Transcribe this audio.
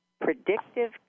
predictive